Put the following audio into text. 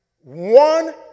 one